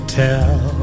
tell